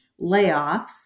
layoffs